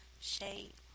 shape